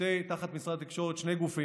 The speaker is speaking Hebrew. לכן תחת משרד התקשורת יש לי שני גופים: